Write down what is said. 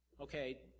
Okay